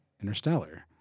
Interstellar